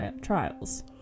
trials